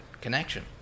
connection